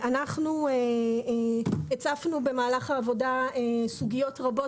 אנחנו הצפנו במהלך העבודה סוגיות רבות